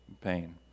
pain